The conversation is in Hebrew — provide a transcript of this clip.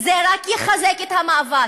זה רק יחזק את המאבק.